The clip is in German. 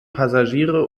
passagiere